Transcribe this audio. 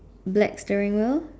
black steering wheel